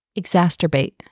exacerbate